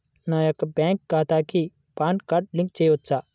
నా యొక్క బ్యాంక్ ఖాతాకి పాన్ కార్డ్ లింక్ చేయవచ్చా?